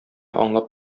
аңлап